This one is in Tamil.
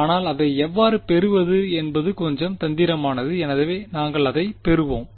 ஆனால் அதை எவ்வாறு பெறுவது என்பது கொஞ்சம் தந்திரமானது எனவே நாங்கள் அதைப் பெறுவோம்